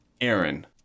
Aaron